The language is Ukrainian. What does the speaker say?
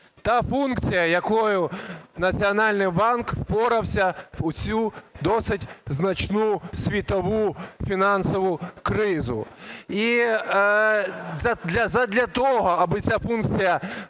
та функція, з якою Національний банк впорався у цю досить значну світову фінансову кризу. І задля того, аби ця функція